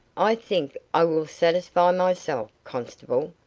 i think i will satisfy myself, constable,